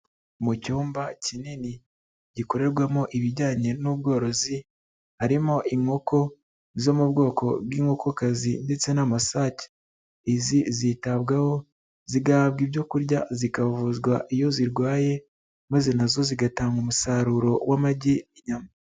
Mu cyumba kinini, gikorerwamo ibijyanye n'ubworozi, harimo inkoko zo mu bwoko bw'inkokazi ndetse n'amasake. Izi zitabwaho, zigahabwa ibyo kurya, zikavuzwa iyo zirwaye maze nazo zigatanga umusaruro w'amagi n'inyama.